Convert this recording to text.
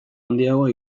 handiago